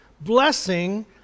blessing